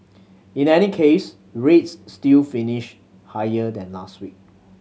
in any case rates still finished higher than last week